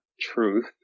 truth